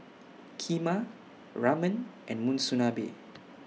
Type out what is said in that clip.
Kheema Ramen and Monsunabe